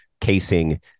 casing